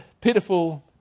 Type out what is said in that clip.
pitiful